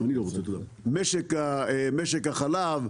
משק החלב,